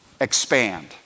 expand